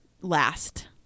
last